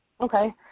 Okay